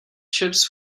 ships